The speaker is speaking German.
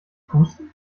pusten